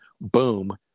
boom